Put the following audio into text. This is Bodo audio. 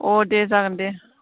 अह दे जागोन दे